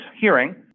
hearing